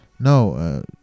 No